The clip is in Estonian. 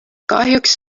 kahjuks